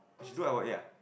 she do L_O_A ah